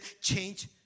change